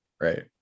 Right